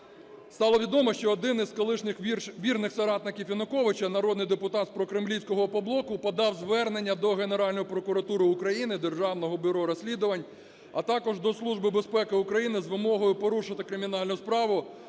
Стало відомо, що один із колишніх вірних соратників Януковича, народний депутат прокремлівського "Опоблоку" подав звернення до Генеральної прокуратури України, Державного бюро розслідування, а також до Служби безпеки України з вимогою порушити кримінальну справу